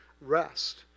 rest